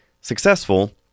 successful